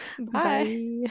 Bye